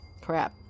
crap